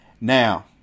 Now